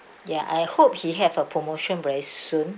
ya I hope he have a promotion very soon